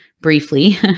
briefly